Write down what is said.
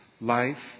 life